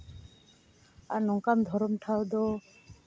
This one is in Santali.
ᱟᱨ ᱱᱚᱝᱠᱟᱱ ᱫᱷᱚᱨᱚᱢ ᱴᱷᱟᱶ ᱫᱚ